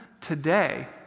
today